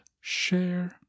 share